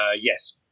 Yes